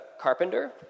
carpenter